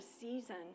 season